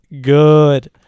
good